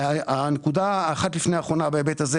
הנקודה אחת לפני אחרונה בהיבט הזה.